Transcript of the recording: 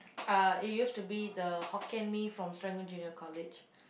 uh it used to be the Hokkien-Mee from Serangoon Junior-College